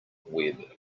web